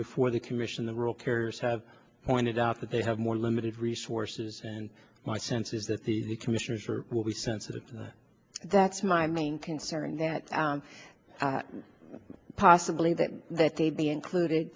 before the commission the rule carriers have pointed out that they have more limited resources and my sense is that the commissioners group will be sensitive to that that's my main concern that possibly that that they'd be included